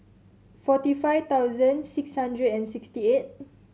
forty five thousand six hundred and sixty eight